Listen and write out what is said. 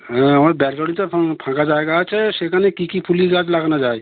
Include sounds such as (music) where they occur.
হ্যাঁ আমার ব্যালকনিটা (unintelligible) ফাঁকা জায়গা আছে সেখানে কী কী ফুলের গাছ লাগানো যায়